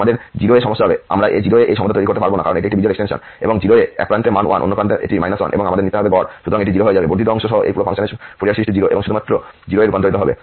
আমাদের 0 এ সমস্যা হবে আমরা 0 এ এই সমতা তৈরি করতে পারব না কারণ এটি একটি বিজোড় এক্সটেনশন এবং 0 এ এক প্রান্তে মান 1 অন্য প্রান্তে এটি 1 এবং আমাদের নিতে হবে গড় সুতরাং এটি 0 হয়ে যাবে বর্ধিত অংশ সহ এই পুরো ফাংশনের ফুরিয়ার সিরিজটি 0 এ শুধুমাত্র 0 এ রূপান্তরিত হবে